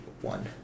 one